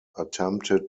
attempted